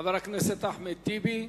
חבר הכנסת אחמד טיבי,